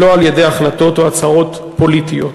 ולא על-ידי החלטות או הצהרות פוליטיות.